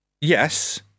yes